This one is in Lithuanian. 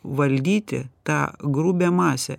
valdyti tą grubią masę